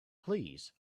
please